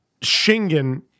Shingen